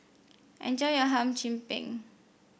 enjoy your Hum Chim Peng